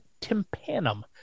tympanum